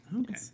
Okay